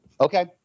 Okay